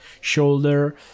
shoulder